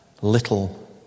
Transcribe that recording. little